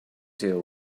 deal